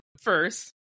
first